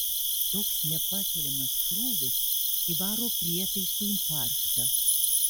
toks nepakeliamas krūvis įvaro prietaisui infarktą